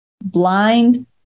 blind